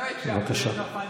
דודי, אתה לא הקשבת.